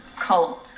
cold